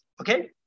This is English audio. okay